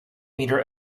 meter